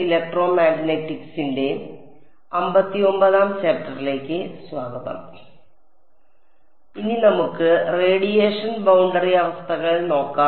ഇനി നമുക്ക് radiation boundary അവസ്ഥകൾ നോക്കാം